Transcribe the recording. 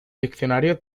diccionario